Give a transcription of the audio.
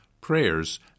prayers